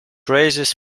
raises